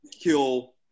kill –